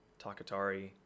Takatari